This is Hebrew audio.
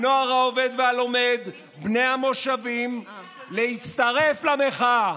הנוער העובד והלומד ובני המושבים להצטרף למחאה.